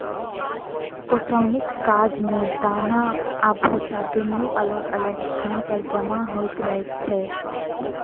ओसौनीक काज मे दाना आ भुस्सा दुनू अलग अलग स्थान पर जमा होइत रहैत छै